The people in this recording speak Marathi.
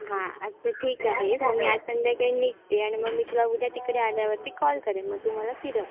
हां अच्छा ठीक आहे मग मी आज संध्याकाळी निघते आणि मग मी तुला उद्या तिकडे आल्यावरती कॉल करेन मग तू मला फिरव